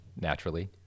naturally